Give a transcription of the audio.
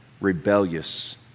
rebellious